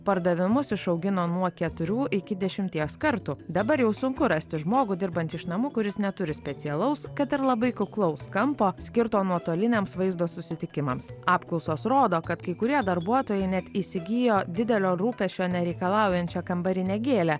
pardavimus išaugino nuo keturių iki dešimties kartų dabar jau sunku rasti žmogų dirbantį iš namų kuris neturi specialaus kad ir labai kuklaus kampo skirto nuotoliniams vaizdo susitikimams apklausos rodo kad kai kurie darbuotojai net įsigijo didelio rūpesčio nereikalaujančią kambarinę gėlę